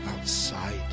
outside